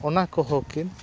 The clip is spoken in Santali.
ᱚᱱᱟ ᱠᱚᱦᱚᱸ ᱠᱤᱱ